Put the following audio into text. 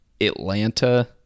Atlanta